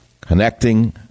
connecting